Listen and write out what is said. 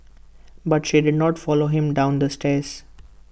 but she did not follow him down the stairs